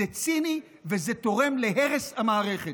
זה ציני וזה תורם להרס המערכת.